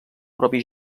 propi